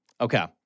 Okay